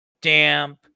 damp